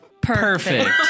perfect